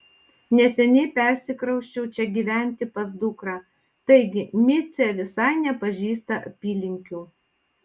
neseniai persikrausčiau čia gyventi pas dukrą taigi micė visai nepažįsta apylinkių